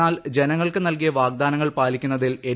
എന്നാൽ ജനങ്ങൾക്ക് നൽകിയ വാഗ്ദാനങ്ങൾ പാലിക്കുന്നതിൽ എൻ